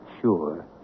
sure